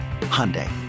Hyundai